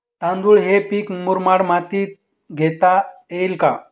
तांदूळ हे पीक मुरमाड मातीत घेता येईल का?